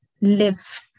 live